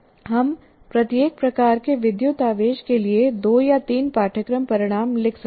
हम प्रत्येक प्रकार के विद्युत आवेश के लिए दो या तीन पाठ्यक्रम परिणाम लिख सकते हैं